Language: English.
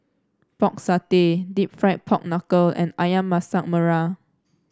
Pork Satay deep fried Pork Knuckle and ayam Masak Merah